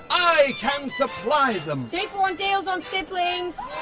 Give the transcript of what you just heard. i can supply them! two-for-one deals on siblings!